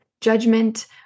Judgment